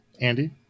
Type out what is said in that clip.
Andy